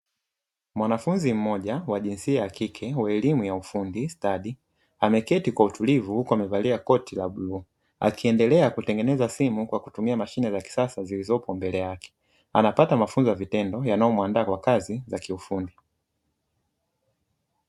Mwanafunzi mmoja wa jinsia ya kike wa elimu ya ufundi stadi, ameketi kwa utulivu huku amevalia koti la bluu, akiendelea kutengeneza simu kwa kutumia mashine za kisasa zilizopo mbele yake, anapata mafunzo ya vitendo yanayo muandaa kwa kazi za kiufundi.